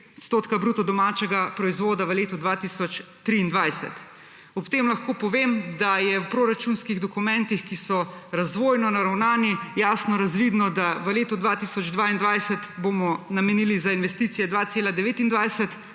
in 3,3 odstotka BDP v letu 2023. Ob tem lahko povem, da je v proračunskih dokumentih, ki so razvojno naravnani jasno razvidno, da v letu 2022 bomo namenili za investicije 2,29